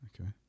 Okay